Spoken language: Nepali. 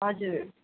हजुर